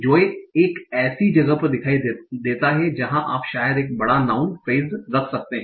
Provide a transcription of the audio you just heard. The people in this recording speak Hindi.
जोए एक ऐसी जगह पर दिखाई देता है जहाँ आप शायद एक बड़ा नाउँन फ्रेस रख सकते हैं